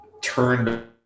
turned